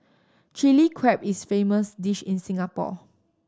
Chilli Crab is famous dish in Singapore